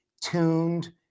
tuned